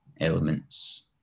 elements